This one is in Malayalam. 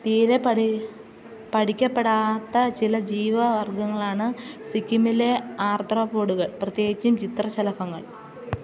തീരെ പഠിക്കപ്പെടാത്ത ചില ജീവിവർഗങ്ങളാണ് സിക്കിമിലെ ആർത്രോപോഡുകൾ പ്രത്യേകിച്ചും ചിത്രശലഭങ്ങൾ